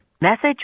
Message